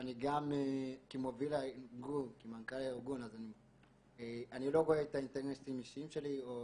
ואני גם כמנכ"ל הארגון לא רואה את האינטרסים האישיים שלי או